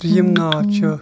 ترٛیٚیِم ناو چھِ